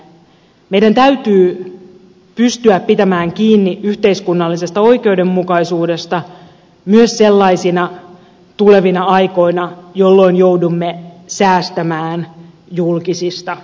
meidän täytyy pystyä pitämään kiinni yhteiskunnallisesta oikeudenmukaisuudesta myös sellaisina tulevina aikoina jolloin joudumme säästämään julkisista menoista